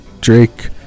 Drake